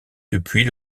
depuis